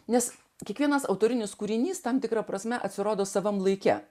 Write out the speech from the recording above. nes kiekvienas autorinis kūrinys tam tikra prasme atsirado savam laike